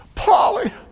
Polly